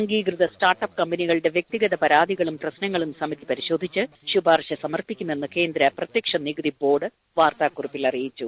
അംഗീകൃത സ്സാർട്ടപ്പ് കമ്പനികളുടെ വ്യക്തിഗത പരാതികളും പ്രശ്നങ്ങളും സമിതി പരിശോധിച്ച് ശുപാർശ സമർപ്പിക്കുമെന്ന് കേന്ദ്ര പ്രത്യക്ഷ നികുതി ബോർഡ് വാർത്താക്കുറിപ്പിൽ അറിയിച്ചു